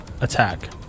attack